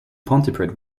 pontypridd